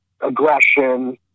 aggression